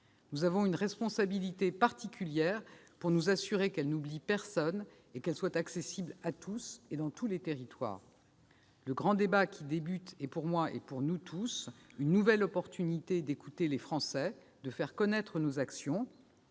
Nous avons une responsabilité particulière pour nous assurer qu'elles n'oublient personne et qu'elles soient accessibles à tous et sur tous les territoires. Le grand débat qui débute est pour moi, pour nous tous, une nouvelle opportunité d'écouter les Français, de faire connaître nos actions.